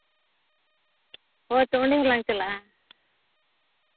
ᱦᱳᱭ ᱛᱚ ᱚᱸᱰᱮ ᱦᱚᱸᱞᱟᱝ ᱪᱟᱞᱟᱜᱼᱟ